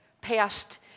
past